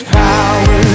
power